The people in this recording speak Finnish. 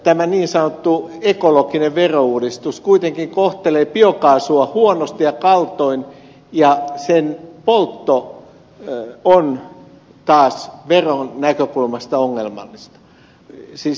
nykyhallituksen niin sanottu ekologinen verouudistus kuitenkin kohtelee biokaasua huonosti ja kaltoin ja sen poltto siis energiankäyttö on taas veron näkökulmasta ongelmallista